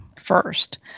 first